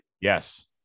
Yes